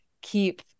keep